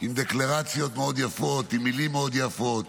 עם דקלרציות מאוד יפות, עם מילים מאוד יפות,